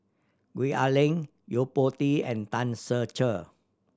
Gwee Ah Leng Yo Po Tee and Tan Ser Cher